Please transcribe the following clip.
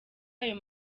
ayo